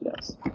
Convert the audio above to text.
Yes